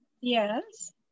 Yes